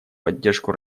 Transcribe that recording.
поддержку